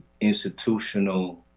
institutional